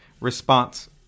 response